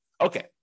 Okay